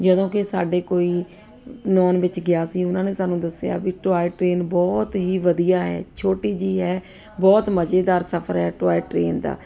ਜਦੋਂ ਕਿ ਸਾਡੇ ਕੋਈ ਨੋਨ ਵਿੱਚ ਗਿਆ ਸੀ ਉਹਨਾਂ ਨੇ ਸਾਨੂੰ ਦੱਸਿਆ ਵੀ ਟੋਆਏ ਟ੍ਰੇਨ ਬਹੁਤ ਹੀ ਵਧੀਆ ਹੈ ਛੋਟੀ ਜਿਹੀ ਹ ਬਹੁਤ ਮਜ਼ੇਦਾਰ ਸਫਰ ਹੈ ਟੋਆਏ ਟਰੇਨ ਦਾ